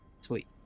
Sweet